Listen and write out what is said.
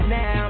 Now